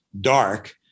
dark